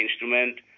instrument